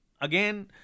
again